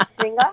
singer